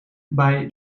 bij